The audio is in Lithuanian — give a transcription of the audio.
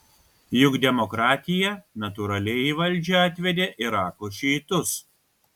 juk demokratija natūraliai į valdžią atvedė irako šiitus